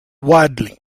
widely